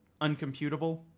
uncomputable